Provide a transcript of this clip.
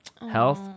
health